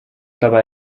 dabei